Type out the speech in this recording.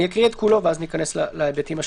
אקריא את כולו ואז ניכנס להיבטים השונים: